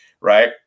right